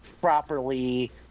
properly